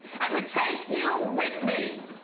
i would take you with me!